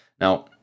Now